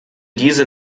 diese